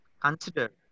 consider